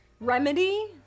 Remedy